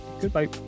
goodbye